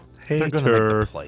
Hater